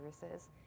services